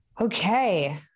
Okay